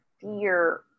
fear